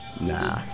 Nah